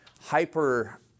hyper